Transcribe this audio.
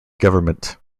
government